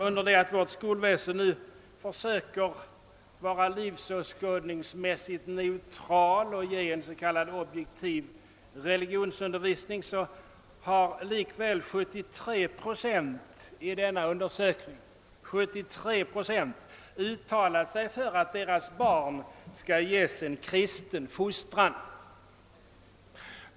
Under det att vårt skolväsende nu försöker vara livsåskådningsmässigt neutralt och meddela en s.k. objektiv religionsundervisning, har 73 procent av de tillfrågade i denna undersökning uttalat sig för att åt deras barn skall ges en kristen fostran.